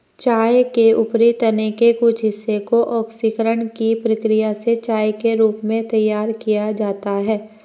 चाय के ऊपरी तने के कुछ हिस्से को ऑक्सीकरण की प्रक्रिया से चाय के रूप में तैयार किया जाता है